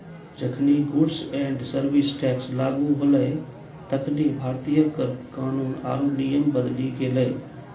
जखनि goods and service tax लागू होलै तखनि भारतीय कर कानून आरु नियम बदली गेलै